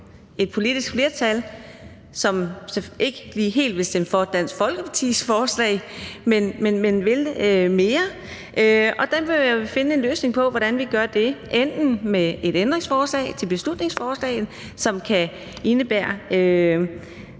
et politisk flertal, som måske ikke lige helt vil stemme for Dansk Folkepartis forslag, men som vil mere, og der vil jeg jo finde en løsning på, hvordan vi gør det, enten med et ændringsforslag til beslutningsforslaget, som kan indebære